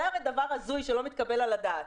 זה דבר הזוי שלא מתקבל על הדעת.